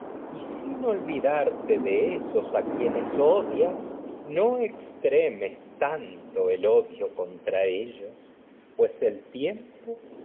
y sin olvidarte el odio de esos quienes pues odias no ex tanto contra ellos el tiempo